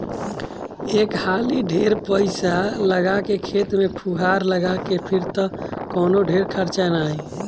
एक हाली ढेर पईसा लगा के खेत में फुहार लगा के फिर त कवनो ढेर खर्चा ना आई